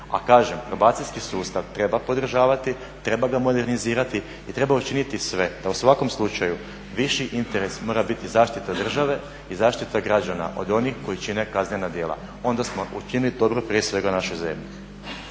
A kažem, probacijski sustav treba podržavati, treba ga modernizirati i treba učiniti sve da u svakom slučaju viši interes mora biti zaštita države i zaštita građana od onih koji čine kaznena djela. Onda smo učinili dobro prije svega našoj zemlji.